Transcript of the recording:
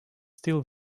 still